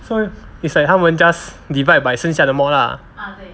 so it's like 他们 just divide by 剩下的 mod la